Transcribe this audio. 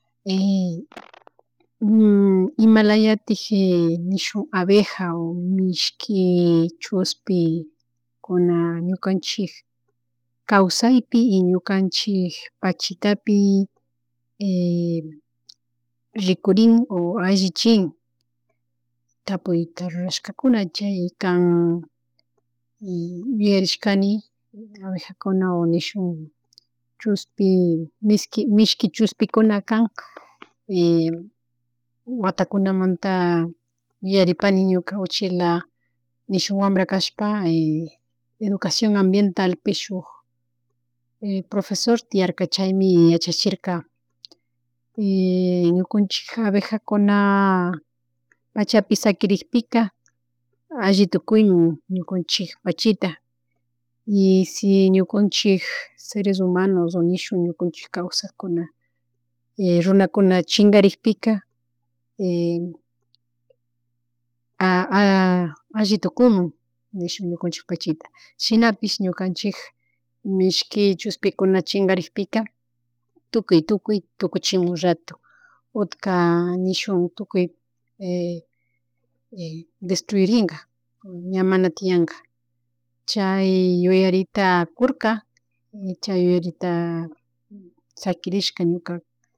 (-) Imalatiskshi nihuk abeja o mishki chushpi ñukanchik kawsaypi y ñukanchik pachitapi rikurin o allichik. Tapuyta rurashkakuna chay kan yuyarishkani abejakuna nishun chushpi mishki mishki chushpikunakan y watakunamanta yuyaripani ñuka uchila nishun wambra kashpa y educacion ambientalpish shuk profesor tiarka chaymi yachachirka ñukanchik abejakuna pachapi sakirikpika alli tukuymun ñucunchik pachita y si ñukunchik seres humanos o nishun ñukunchik kawsakkuna runakunachikkarikpika allitukunmun nishun ñukanchik pachita shinapish ñukanchik mishki chushpikuna chingarikpika tukuy, tukuy tukuchidur rato utka nishuk tukuy destruiringa ña mana tiyanga chay yuyarita, kurka chay saquirishka ñuka.